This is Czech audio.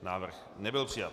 Návrh nebyl přijat.